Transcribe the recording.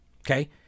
okay